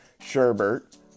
Sherbert